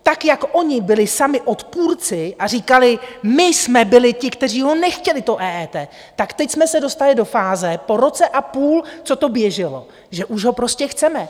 Tak jak oni byli sami odpůrci a říkali: My jsme byli ti, kteří ho nechtěli, to EET, tak teď jsme se dostali do fáze po roce a půl, co to běželo, že už ho prostě chceme.